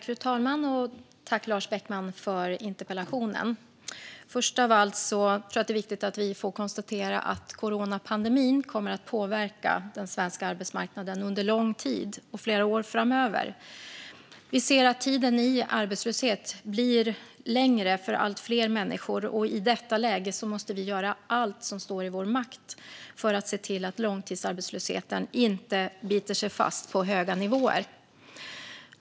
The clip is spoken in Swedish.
Fru talman! Tack, Lars Beckman, för interpellationen! Först av allt tror jag att det är viktigt att vi konstaterar att coronapandemin kommer att påverka den svenska arbetsmarknaden under lång tid och flera år framöver. Vi ser att tiden i arbetslöshet blir längre för allt fler människor. I detta läge måste vi göra allt som står i vår makt för att se till att långtidsarbetslösheten inte biter sig fast på höga nivåer.